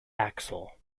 axel